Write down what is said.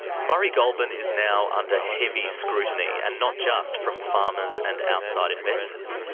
murray goulburn is now under heavy scrutiny, and not just from farmers and outside investors.